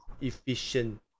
efficient